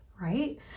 right